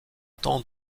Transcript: temps